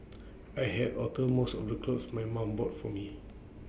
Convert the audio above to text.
I had alter most of the clothes my mum bought for me